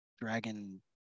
dragon